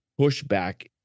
pushback